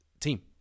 team